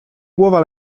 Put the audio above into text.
głowa